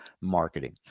Marketing